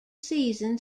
season